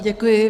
Děkuji.